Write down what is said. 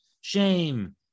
shame